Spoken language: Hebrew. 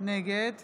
נגד